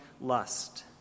lust